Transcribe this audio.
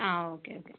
ആ okay okay